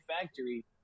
factory